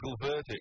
verdict